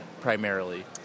primarily